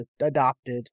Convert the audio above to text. adopted